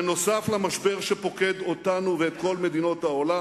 נוסף על המשבר שפוקד אותנו ואת כל מדינות העולם,